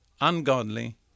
ungodly